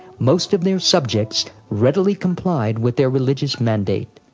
most of their subjects readily complied with their religious mandate.